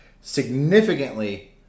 significantly